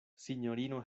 sinjorino